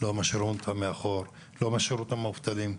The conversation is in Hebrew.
לא משאירים אותם מאחור, לא משאירים אותם מובטלים.